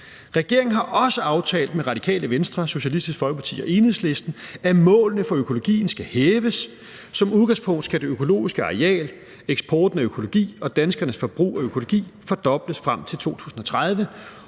Regeringen har også aftalt med Radikale Venstre, Socialistisk Folkeparti og Enhedslisten, at målene for økologien skal hæves. Som udgangspunkt skal det økologiske areal, eksporten af økologi og danskernes forbrug af økologi fordobles frem til 2030,